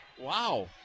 Wow